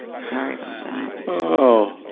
sorry about that. oh!